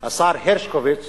השר הרשקוביץ